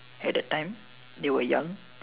at that time they were young